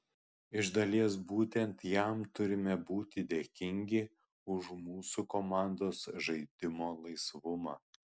iš dalies būtent jam turime būti dėkingi už mūsų komandos žaidimo laisvumą